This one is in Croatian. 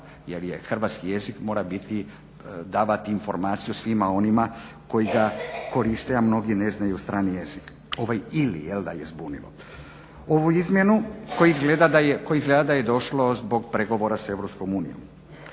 Jer hrvatski jezik mora biti davati informaciju svima onima koji ga koriste, a mnogi ne znaju strani jezik. Ovaj ili jel'da je zbunilo ovu izmjenu do koje izgleda da je došlo zbog pregovora s EU.